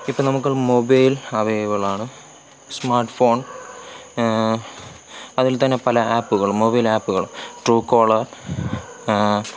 ഇപ്പം നമുക്കൊരു മൊബൈൽ അവൈലബിളാണ് സ്മാർട്ട് ഫോൺ അതിൽ തന്നെ പല ആപ്പുകളും മൊബൈൽ ആപ്പുകൾ ട്രൂ കോളർ